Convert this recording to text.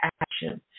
action